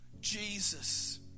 Jesus